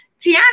Tiana